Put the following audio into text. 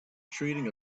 treating